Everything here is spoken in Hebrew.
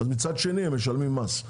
אז מצד שני הם משלמים מס.